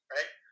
Right